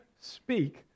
speak